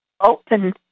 open